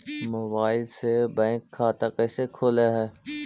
Mobile से bank खाता कैसे खुल है?